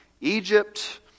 Egypt